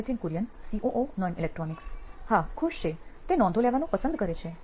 Nithin Kurian COO નોઇન electronics હા ખુશ છે તે નોંધ લેવાનું પસંદ કરે છે